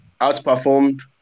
outperformed